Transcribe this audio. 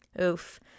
Oof